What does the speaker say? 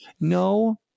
no